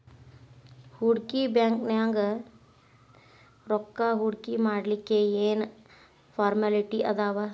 ಹೂಡ್ಕಿ ಬ್ಯಾಂಕ್ನ್ಯಾಗ್ ರೊಕ್ಕಾ ಹೂಡ್ಕಿಮಾಡ್ಲಿಕ್ಕೆ ಏನ್ ಏನ್ ಫಾರ್ಮ್ಯಲಿಟಿ ಅದಾವ?